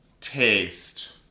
Taste